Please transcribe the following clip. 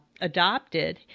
adopted